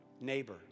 neighbor